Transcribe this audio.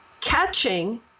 catching